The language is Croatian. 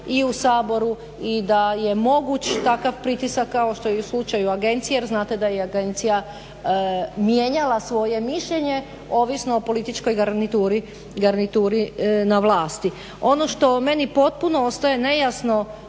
i u Saboru i da je moguć takav pritisak kao što je u slučaju agencije jer znate da je agencija mijenjala svoje mišljenje ovisno o političkoj garnituri na vlasti. Ono što meni potpuno ostaje nejasno